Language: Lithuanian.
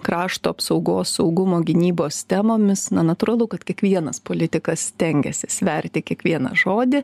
krašto apsaugos saugumo gynybos temomis na natūralu kad kiekvienas politikas stengiasi sverti kiekvieną žodį